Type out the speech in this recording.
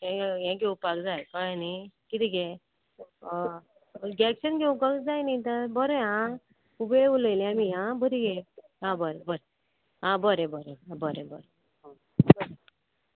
हें हें घेवपाक जाय कळ्ळें न्ही किदें गे गॅक्शन घेवपाक जाय न्ही तर बरें आवय उलयलें आमी आ बरें गे आं बरें बरें आ बरें बरें बरें बरें